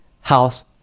House